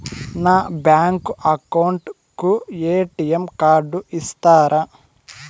నా bank account కు ATM card ఇస్తారా